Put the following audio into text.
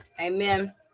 Amen